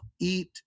eat